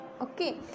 Okay